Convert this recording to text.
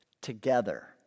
together